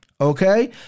Okay